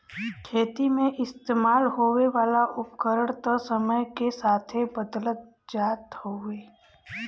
खेती मे इस्तेमाल होए वाला उपकरण त समय के साथे बदलत जात हउवे